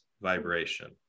vibration